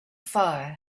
fire